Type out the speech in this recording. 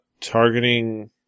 targeting